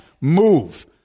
move